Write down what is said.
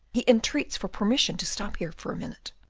he entreats for permission to stop here for minute.